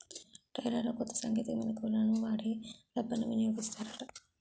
టైర్లలో కొత్త సాంకేతిక మెలకువలను వాడి రబ్బర్ని వినియోగిస్తారట